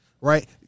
Right